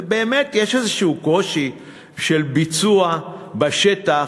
ובאמת יש איזה קושי של ביצוע בשטח,